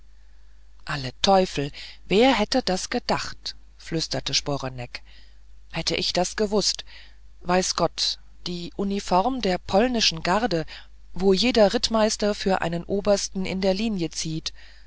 alle teufel wer hätte das gedacht flüsterte sporeneck hätte ich das gewußt weiß gott die uniform der polnischen garde wo jeder rittmeister für einen obersten in der linie zieht